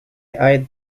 eyed